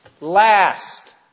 last